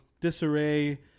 disarray